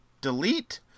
delete